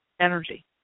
energy